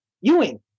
Ewing